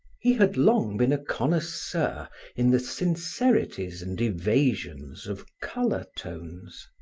he had long been a connoisseur in the sincerities and evasions of color-tones.